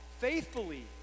faithfully